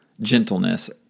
gentleness